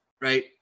right